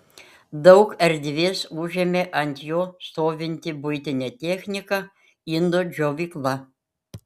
daug erdvės užėmė ant jo stovinti buitinė technika indų džiovykla